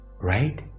right